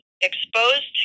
exposed